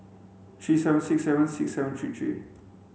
three seven six seven six seven three three